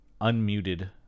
unmuted